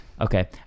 Okay